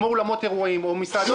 כמו אולמות אירועים או מסעדות,